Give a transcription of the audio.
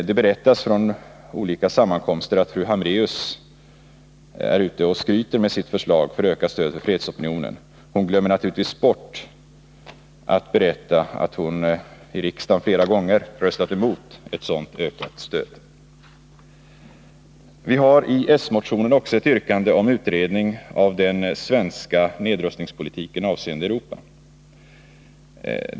Det berättas från olika sammankomster att fru Hambraeus är ute och skryter med sitt förslag till ökat stöd för fredsopinionen. Hon glömmer naturligtvis bort att berätta att hon i riksdagen flera gånger har röstat emot ett sådant ökat stöd. Vi har i s-motionen också ett yrkande om utredning av den svenska nedrustningspolitiken avseende Europa.